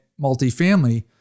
multifamily